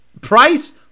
price